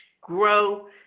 grow